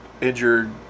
injured